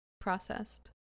processed